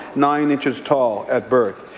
nine inches tall at birth.